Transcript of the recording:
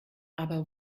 aber